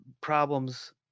problems